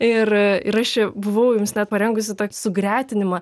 ir ir aš ačia buvau jums net parengusi tokį sugretinimą